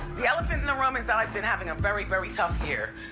the elephant in the room is that i've been having a very, very tough year.